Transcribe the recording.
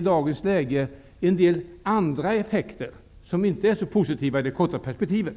dag ger en del effekter som inte är så positiva i det korta perspektivet.